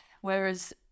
whereas